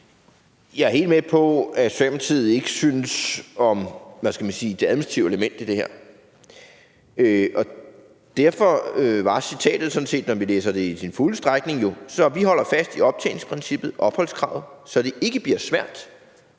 Jeg er helt med på, at Socialdemokratiet ikke synes om, hvad skal man sige, det administrative element i det her. Derfor var citatet sådan set, når vi læser det i sin fulde udstrækning, at man holder fast i optjeningsprincippet, i opholdskravet, så det ikke bliver svært,